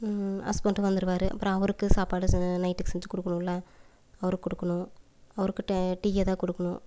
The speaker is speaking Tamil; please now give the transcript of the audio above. ஹஸ்பண்டும் வந்துருவார் அப்புறம் அவருக்கு சாப்பாடு ச நைட்டுக்கு செஞ்சு கொடுக்கணுல அவருக்கு கொடுக்கணும் அவர் கிட்டே டீ எதாவது கொடுக்கணும்